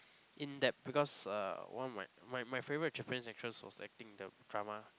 in depth because uh one of my my my favourite Japanese actress was acting the drama